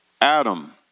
Adam